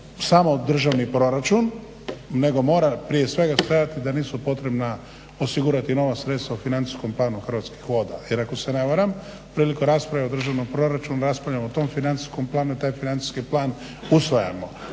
samo državni proračun, nego mora prije svega stajati da nisu potrebna osigurati nova sredstava u financijskom planu Hrvatskih voda. Jer ako se ne varam, prilikom rasprave o državnom proračunu, raspravljamo o tome financijskom planu, i taj financijski plan usvajamo.